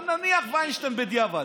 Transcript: אבל נניח וינשטיין בדיעבד.